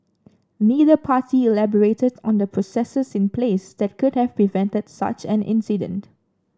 neither party elaborated on the processes in place that could have prevented such an incident